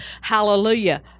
Hallelujah